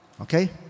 Okay